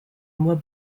were